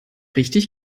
richtig